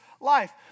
life